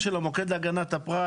הפרט,